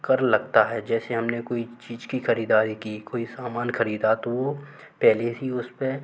कर लगता है जैसे हम ने कोई चीज़ की ख़रीदारी की कोई सामान ख़रीदा तो वो पहले से ही उस पर